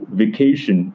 vacation